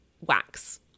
wax